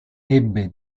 ebbe